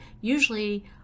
usually